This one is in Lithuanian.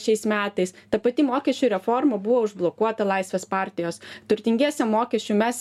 šiais metais ta pati mokesčių reforma buvo užblokuota laisvės partijos turtingiesiem mokesčių mes